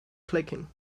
clicking